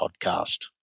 podcast